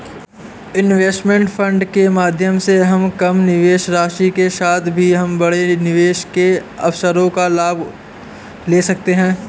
investment fund के माध्यम से हम कम निवेश राशि के साथ भी हम बड़े निवेश के अवसरों का लाभ ले सकते हैं